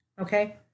Okay